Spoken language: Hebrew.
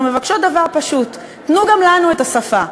אנחנו מבקשות דבר פשוט: תנו גם לנו את השפה.